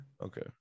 Okay